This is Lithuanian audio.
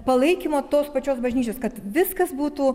palaikymo tos pačios bažnyčios kad viskas būtų